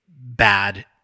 bad